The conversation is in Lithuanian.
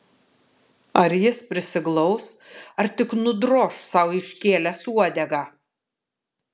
ar jis prisiglaus ar tik nudroš sau iškėlęs uodegą